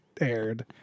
aired